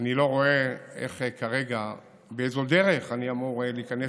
אני לא רואה כרגע באיזו דרך אני אמור להיכנס